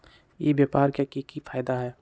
ई व्यापार के की की फायदा है?